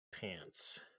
Pants